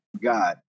God